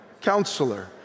Counselor